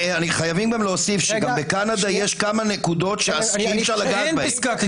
חייבים להוסיף שבקנדה יש כמה נקודות שאי-אפשר לגעת בהן.